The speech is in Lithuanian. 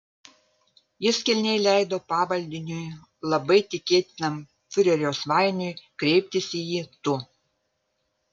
jis kilniai leido pavaldiniui labai tikėtinam fiurerio svainiui kreiptis į jį tu